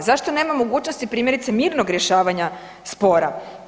Zašto nema mogućnosti primjerice mirnog rješavanja spora?